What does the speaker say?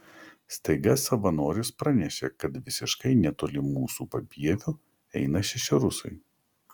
staiga savanoris pranešė kad visiškai netoli mūsų papieviu eina šeši rusai